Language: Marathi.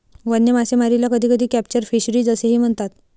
वन्य मासेमारीला कधीकधी कॅप्चर फिशरीज असेही म्हणतात